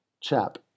chap